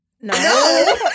No